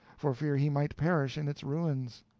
for fear he might perish in its ruins.